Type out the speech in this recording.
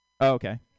Okay